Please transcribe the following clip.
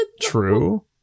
true